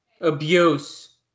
Abuse